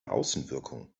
außenwirkung